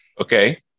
Okay